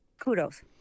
kudos